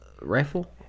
rifle